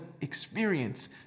experience